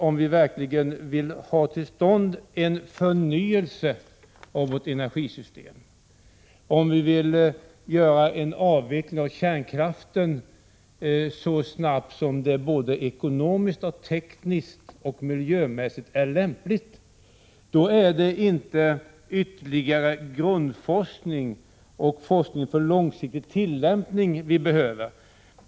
Om vi verkligen vill få till stånd en förnyelse av vårt energisystem, om vi vill avveckla kärnkraften så snabbt som det både ekonomiskt, tekniskt och miljömässigt är lämpligt, är det inte ytterligare grundforskning och forskning för långsiktig tillämpning vi behöver.